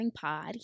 Pod